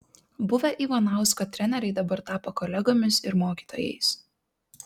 buvę ivanausko treneriai dabar tapo kolegomis ir mokytojais